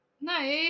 no